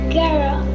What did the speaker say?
girl